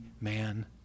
man